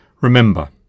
Remember